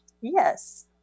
yes